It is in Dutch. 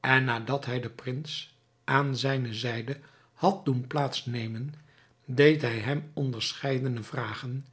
en nadat hij den prins aan zijne zijde had doen plaats nemen deed hij hem onderscheidene vragen